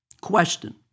Question